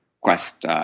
quest